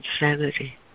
insanity